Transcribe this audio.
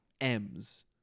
m's